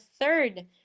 third